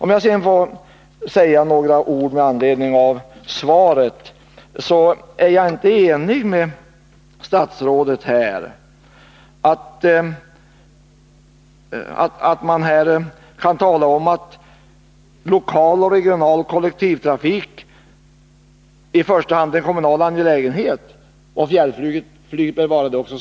Om jag sedan får säga några ord med anledning av interpellationssvaret, är jaginte enig med statsrådet om att man här kan tala om att lokal och regional kollektivtrafik i första hand är en kommunal angelägenhet och att därför fjällflyget också bör vara det.